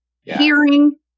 Hearing